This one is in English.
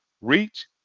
Reach